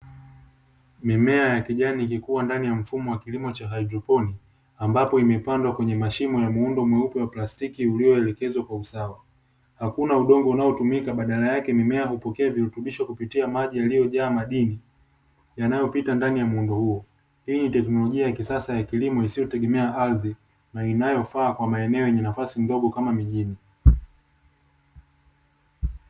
Mimea ya kijani ikikuwa ndani ya mfumo wa kilimo cha haidroponi, ambapo imepandwa kwenye mashimo ya muundo mweupe wa plastiki ulioelekezwa kwa usawa. Hakuna udongo unaotumika badala yake mimea hupokea virutubisho kupitia maji yaliyojaa madini yanayopita ndani ya muundo huo. Hii ni teknolojia ya kisasa ya kilimo isiyotegemea ardhi na inayofaa kwa maeneo yenye nafasi ndogo kama mijini.